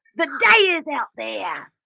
the day is out there! yeah